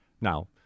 Now